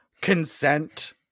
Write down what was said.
consent